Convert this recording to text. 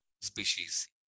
species